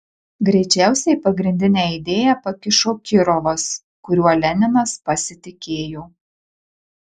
greičiausiai pagrindinę idėją pakišo kirovas kuriuo leninas pasitikėjo